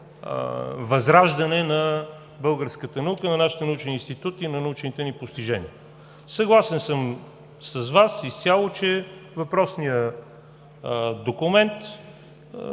възраждане на българската наука, на нашите научни институти и научните ни постижения. Съгласен съм изцяло с Вас, че въпросният документ